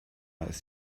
ist